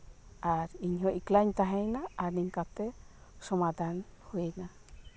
ᱟᱨ ᱤᱧᱦᱚᱸ ᱮᱠᱞᱟᱧ ᱛᱟᱸᱦᱮᱭᱮᱱᱟ ᱟᱨ ᱤᱱᱠᱟᱹ ᱠᱟᱛᱮᱜ ᱥᱚᱢᱟᱫᱷᱟᱱ ᱦᱩᱭ ᱮᱱᱟ